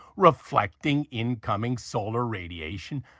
reflecting incoming solar radiation,